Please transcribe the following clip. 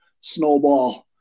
snowball